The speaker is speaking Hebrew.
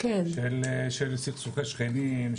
של סכסוכי שכנים,